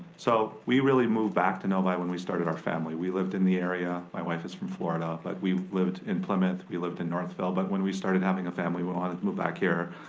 so we really moved back to novi when we started our family. we lived in the area, my wife is from florida, but like we lived in plymouth, we lived in northville, but when we started having a family we wanted to move back here.